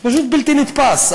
זה פשוט בלתי נתפס.